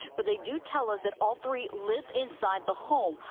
but they do tell us that all three lived inside the home.